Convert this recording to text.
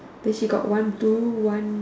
then she got one blue one